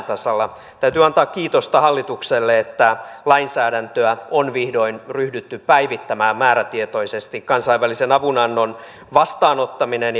tasalla täytyy antaa kiitosta hallitukselle että lainsäädäntöä on vihdoin ryhdytty päivittämään määrätietoisesti kansainvälisen avunannon vastaanottaminen